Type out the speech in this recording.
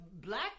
black